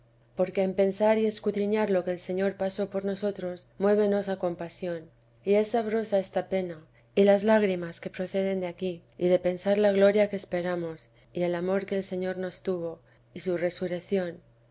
porque en pensar y escudriñar lo que el señor pasó por nosotros muévenos a compasión y es sabrosa esta pena y las lágrimas que proceden de aquí y de pensar la gloria que vida de la santa madre esperamos y el amor que el señor nos tuvo y su resurrección